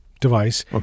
device